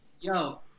Yo